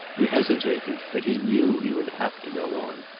he hesitated, but he knew he would have to go on.